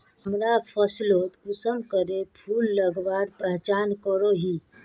हमरा फसलोत कुंसम करे फूल लगवार पहचान करो ही?